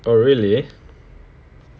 oh really